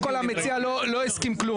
קודם כל המציע לא הסכים לדבר.